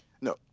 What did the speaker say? No